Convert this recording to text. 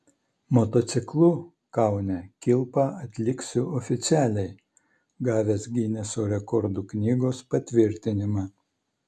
motociklu kaune kilpą atliksiu oficialiai gavęs gineso rekordų knygos patvirtinimą